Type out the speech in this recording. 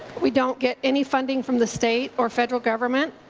we don't get any funding from the state or federal government.